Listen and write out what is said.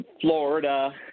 Florida